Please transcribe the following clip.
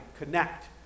connect